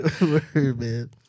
man